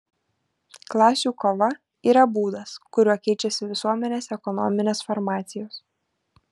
klasių kova yra būdas kuriuo keičiasi visuomenės ekonominės formacijos